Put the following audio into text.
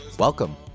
Welcome